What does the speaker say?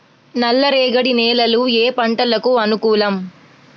నల్లరేగడి నేలలు ఏ పంటలకు అనుకూలం?